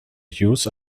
hughes